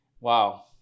Wow